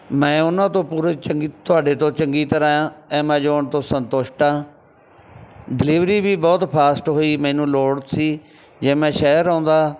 ਮੈਂ ਉਹਨਾਂ ਤੋਂ ਪੂਰੇ ਚੰਗੀ ਤੁਹਾਡੇ ਤੋਂ ਚੰਗੀ ਤਰ੍ਹਾਂ ਐਮਾਜੋਨ ਤੋਂ ਸੰਤੁਸ਼ਟ ਹਾਂ ਡਿਲੀਵਰੀ ਵੀ ਬਹੁਤ ਫਾਸਟ ਹੋਈ ਮੈਨੂੰ ਲੋੜ ਸੀ ਜੇ ਮੈਂ ਸ਼ਹਿਰ ਆਉਂਦਾ